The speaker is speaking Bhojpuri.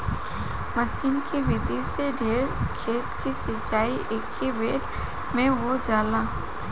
मसीन के विधि से ढेर खेत के सिंचाई एकेबेरे में हो जाला